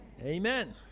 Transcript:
Amen